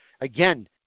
again